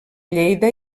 lleida